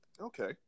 Okay